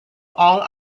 all